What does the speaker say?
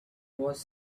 was